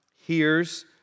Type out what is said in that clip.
hears